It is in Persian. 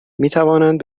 میتوانند